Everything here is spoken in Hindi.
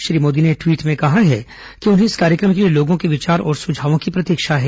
श्री मोदी ने ट्वीट में कहा है कि उन्हें इस कार्यक्रम के लिए लोगों के विचार और सुझावों की प्रतीक्षा है